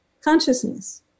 consciousness